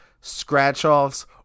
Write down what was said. scratch-offs